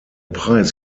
preis